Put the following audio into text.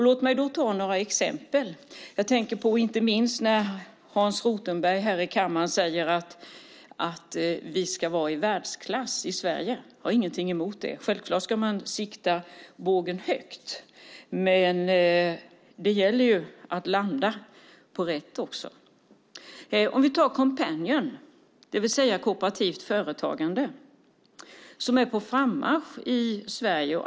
Låt mig ta några exempel. Hans Rothenberg säger här i kammaren att vi i Sverige ska vara i världsklass. Jag har ingenting emot det. Man ska självfallet spänna bågen hårt, men det gäller att landa på rätt ställe också. Vi kan ta Coompanion som exempel. Det handlar om kooperativt företagande som är på frammarsch i Sverige.